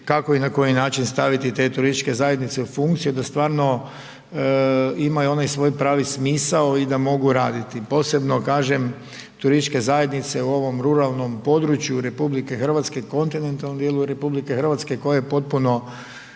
kako i na koji način staviti te turističke zajednice u funkcije da stvarno imaju onaj svoj pravi smisao i da mogu raditi. Posebno kažem turističke zajednice u ovom ruralnom području RH kontinentalnom dijelu RH koji je potpuno